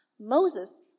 Moses